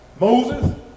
Moses